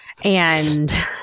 and-